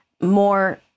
more